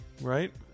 Right